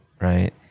right